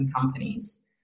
companies